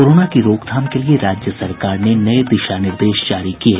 corona की रोकथाम के लिए राज्य सरकार ने नये दिशा निर्देश जारी किये